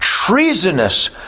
Treasonous